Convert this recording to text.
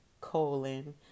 colon